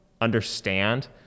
understand